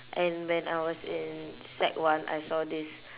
and when I was in sec one I saw this